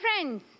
friends